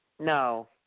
No